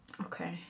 okay